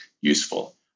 useful